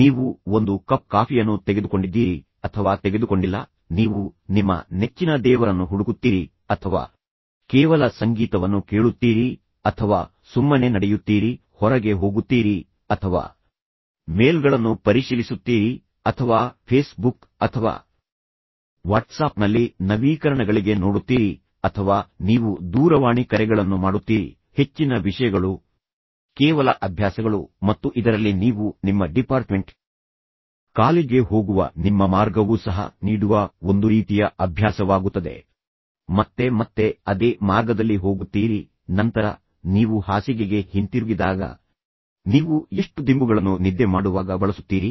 ನೀವು ಒಂದು ಕಪ್ ಕಾಫಿಯನ್ನು ತೆಗೆದುಕೊಂಡಿದ್ದೀರಿ ಅಥವಾ ತೆಗೆದುಕೊಂಡಿಲ್ಲ ನೀವು ನಿಮ್ಮ ನೆಚ್ಚಿನ ದೇವರನ್ನು ಹುಡುಕುತ್ತೀರಿ ಅಥವಾ ನೀವು ಕೇವಲ ಸಂಗೀತವನ್ನು ಕೇಳುತ್ತೀರಿ ಅಥವಾ ನೀವು ಕೇವಲ ಧ್ಯಾನ ಮಾಡುತ್ತೀರಿ ಅಥವಾ ನೀವು ಸುಮ್ಮನೆ ನಡೆಯುತ್ತೀರಿ ಹೊರಗೆ ಹೋಗುತ್ತೀರಿ ಏನು ಮಾಡುತ್ತೀರಿ ಅಥವಾ ನೀವು ಕೇವಲ ಮೇಲ್ಗಳನ್ನು ಪರಿಶೀಲಿಸುತ್ತೀರಿ ಅಥವಾ ನೀವು ಫೇಸ್ ಬುಕ್ ಅಥವಾ ವಾಟ್ಸಾಪ್ನಲ್ಲಿ ನವೀಕರಣಗಳಿಗೆ ನೋಡುತ್ತೀರಿ ಅಥವಾ ನೀವು ದೂರವಾಣಿ ಕರೆಗಳನ್ನು ಮಾಡುತ್ತೀರಿ ನೀವು ಎದ್ದ ತಕ್ಷಣ ನೀವು ಏನು ಮಾಡುತ್ತೀರಿ ಹೆಚ್ಚಿನ ವಿಷಯಗಳು ಕೇವಲ ಅಭ್ಯಾಸಗಳು ಮತ್ತು ಇದರಲ್ಲಿ ನೀವು ನಿಮ್ಮ ಡಿಪಾರ್ಟ್ಮೆಂಟ್ ಕಾಲೇಜ್ ಗೆ ಹೋಗುವ ನಿಮ್ಮ ಮಾರ್ಗವೂ ಸಹ ನೀಡುವ ಒಂದು ರೀತಿಯ ಅಭ್ಯಾಸವಾಗುತ್ತದೆ ಮತ್ತು ಏಕೆಂದರೆ ನಿಮ್ಮ ಆಧ್ಯತೆ ಅದೇ ಮಾರ್ಗವಾಗಿರುತ್ತದೆ ಮತ್ತು ಅದರಲ್ಲೇ ಮುಂದುವರಿಯುತ್ತೀರಿ ಮತ್ತೆ ಮತ್ತೆ ಅದೇ ಮಾರ್ಗದಲ್ಲಿ ಹೋಗುತ್ತೀರಿ ನಂತರ ನೀವು ಹಾಸಿಗೆಗೆ ಹಿಂತಿರುಗಿದಾಗ ನೀವು ಎಷ್ಟು ದಿಂಬುಗಳನ್ನು ನಿದ್ದೆ ಮಾಡುವಾಗ ಬಳಸುತ್ತೀರಿ